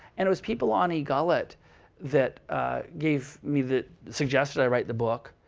and it was people on egullet that gave me the suggestion i write the book.